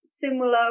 similar